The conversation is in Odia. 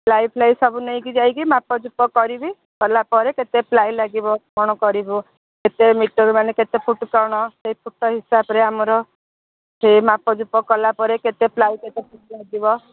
ପ୍ଲାଇ ଫ୍ଲାଇ ସବୁ ନେଇକି ଯାଇକି ମାପ ଚୁପ କରିବି କଲାପରେ କେତେ ପ୍ଲାଇ ଲାଗିବ କ'ଣ କରିବ କେତେ ମିଟର୍ ମାନେ କେତେ ଫୁଟ୍ କ'ଣ ସେଇ ଫୁଟ ହିସାବରେ ଆମର ସେ ମାପ ଚୁପ କଲାପରେ କେତେ ପ୍ଲାଇ କେତେ ଫୁଟ୍ ଲାଗିବ